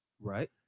Right